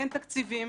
אין תקציבים,